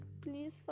please